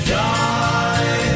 die